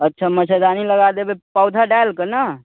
अच्छा मच्छरदानी लगा देबै पौधा डालि कऽ ने